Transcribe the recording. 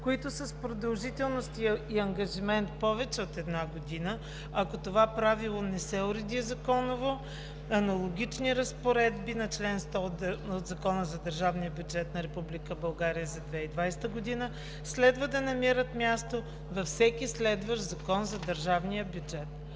които са с продължителност и ангажимент повече от една година. Ако това правило не се уреди законово, аналогични разпоредби на чл. 100д от Закона за държавния бюджет на Република България за 2020 г. следва да намират място във всеки следващ Закон за държавния бюджет.